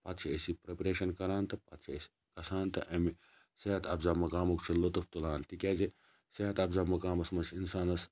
پَتہٕ چھِ أسۍ یہِ پریٚپریشَن کَران تہٕ پَتہٕ چھِ أسۍ گَژھان تہٕ امہِ صحت اَفزا مَقامُک چھُ لُطُف تُلان تکیازِ صحت اَفزا مُقامَس مَنٛز چھِ اِنسانَس